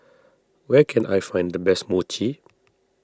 where can I find the best Mochi